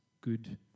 good